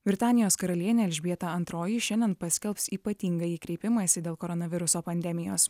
britanijos karalienė elžbieta antroji šiandien paskelbs ypatingąjį kreipimąsi dėl koronaviruso pandemijos